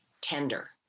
tender